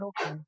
okay